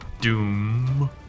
Doom